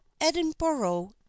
Edinburgh